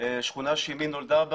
שכונה שאימי נולדה בה.